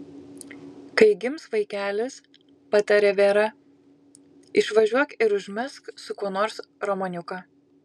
kai gims vaikelis patarė vera išvažiuok ir užmegzk su kuo nors romaniuką